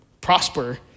Prosper